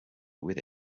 with